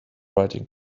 writing